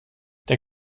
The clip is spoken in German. der